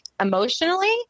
emotionally